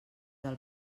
del